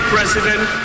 President